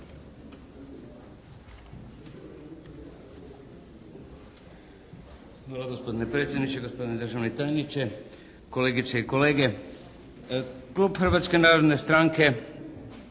Hvala gospodine predsjedniče, gospodine državni tajniče, kolegice i kolege. Klub Hrvatske narodne stranke